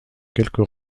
quelques